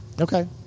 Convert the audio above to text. Okay